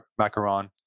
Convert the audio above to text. macaron